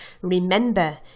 Remember